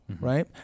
right